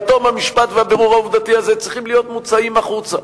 בתום המשפט והבירור העובדתי הזה צריכים להיות מוצאים החוצה.